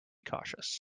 cautious